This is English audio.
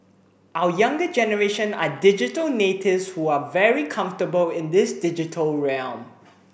our younger generation are digital natives who are very comfortable in this digital realm